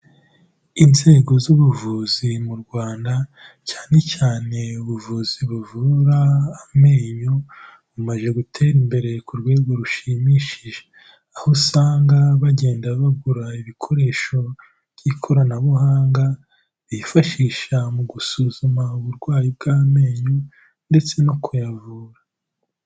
Inzego z'ubuvuzi mu Rwanda, cyane cyane ubuvuzi buvura amenyo, bumaze gutera imbere ku rwego rushimishije, aho usanga bagenda bagura ibikoresho by'ikoranabuhanga bifashisha mu gusuzuma uburwayi bw'amenyo, ndetse no kuyavura.